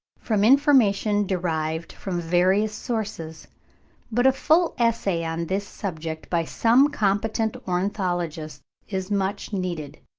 from information derived from various sources but a full essay on this subject by some competent ornithologist is much needed.